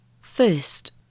First